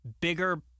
bigger